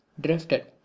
drifted